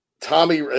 Tommy